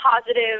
positive